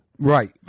Right